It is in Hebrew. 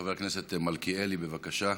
חבר הכנסת מלכיאלי, בבקשה.